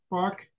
Fuck